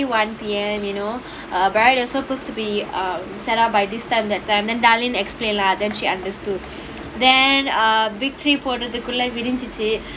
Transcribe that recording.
one P_M you know err very supposed to be err set up by this time that time than darlene explain lah then she understood then err victory போடுறதுக்குள்ள விடிஞ்சிச்சி:podurathukkulla vidinjichchi